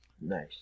nice